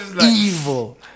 Evil